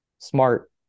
Smart